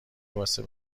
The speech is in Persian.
واسه